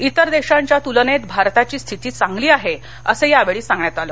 इतर देशांच्या तुलनेत भारताची स्थिती चांगली आहे असं या वेळी सांगण्यात आलं